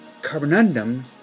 carbonundum